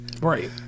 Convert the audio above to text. Right